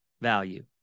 value